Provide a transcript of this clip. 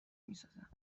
میسازم